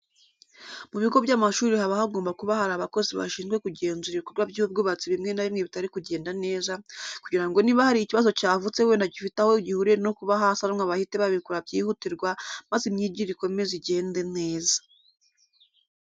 Mu bigo by'amashuri haba hagomba kuba hari abakozi bashinzwe kugenzura ibikorwa by'ubwubatsi bimwe na bimwe bitari kugenda neza, kugira ngo niba hari ikibazo cyavutse wenda gifite aho gihuriye no kuba hasanwa bahite babikora byihutirwa maze imyigire ikomeze igende neza.